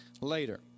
later